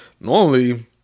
Normally